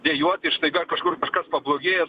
dejuoti ir staiga kažkur kažkas pablogėja